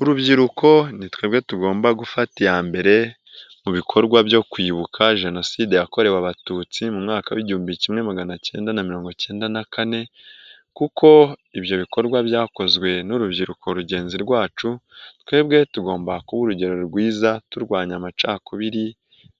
Urubyiruko ni twebwe tugomba gufata iya mbere mu bikorwa byo kwibuka jenoside yakorewe abatutsi mu mwaka w'igihumbi kimwe magana cyenda na mirongo icyenda na kane kuko ibyo bikorwa byakozwe n'urubyiruko rugenzi rwacu twebwe tugomba kuba urugero rwiza turwanya amacakubiri